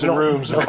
and rooms